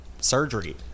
surgery